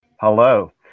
Hello